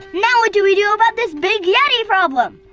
now what do we do about this big yeti problem?